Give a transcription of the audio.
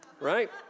right